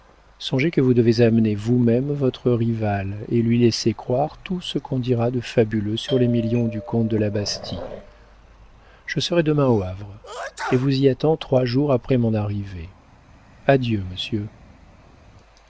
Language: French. songez que vous devez amener vous-même votre rival et lui laisser croire tout ce qu'on dira de fabuleux sur les millions du comte de la bastie je serai demain au havre et vous y attends trois jours après mon arrivée adieu monsieur